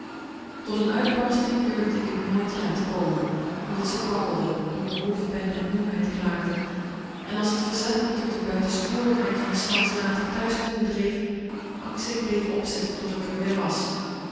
tot n uitbarsting durfde ik t nooit te laten komen omdat ze kwakkelde over hoofdpijn en moeheid klaagde en als t verzet me tot de buitensporigheid van s nachts later thuis komen dreef angstig bleef opzitten tot ik r weer was